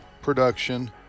production